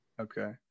Okay